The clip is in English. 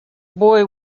boy